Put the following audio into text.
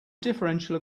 differential